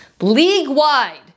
League-wide